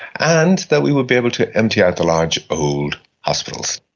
and that we would be able to empty out the large old hospitals.